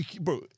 Bro